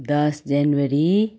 दस जनवरी